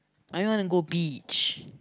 I wanna go beach